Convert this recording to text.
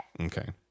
Okay